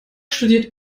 studiert